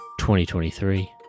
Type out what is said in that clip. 2023